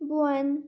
بۄن